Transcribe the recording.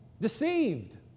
deceived